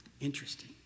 Interesting